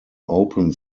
open